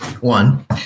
one